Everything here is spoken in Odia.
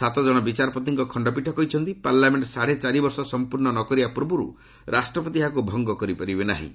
ସାତଜଣ ବିଚାରପତିଙ୍କ ଖଣ୍ଡପୀଠ କହିଛନ୍ତି ପାର୍ଲାମେଣ୍ଟ ସାଡ଼େ ଚାରିବର୍ଷ ସମ୍ପୂର୍ଣ୍ଣ ନ କରିବା ପୂର୍ବରୁ ରାଷ୍ଟ୍ରପତି ଏହାକୁ ଭଙ୍ଗ କରିପାରିବେ ନାହିଁ